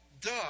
duh